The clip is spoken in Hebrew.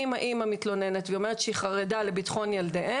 אם האם מתלוננת והיא אומרת שהיא חרדה לביטחון הילדים,